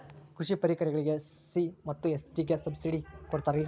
ಕೃಷಿ ಪರಿಕರಗಳಿಗೆ ಎಸ್.ಸಿ ಮತ್ತು ಎಸ್.ಟಿ ಗೆ ಎಷ್ಟು ಸಬ್ಸಿಡಿ ಕೊಡುತ್ತಾರ್ರಿ?